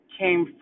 came